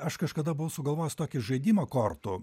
aš kažkada buvau sugalvojęs tokį žaidimą kortų